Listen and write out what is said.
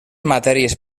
matèries